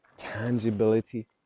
Tangibility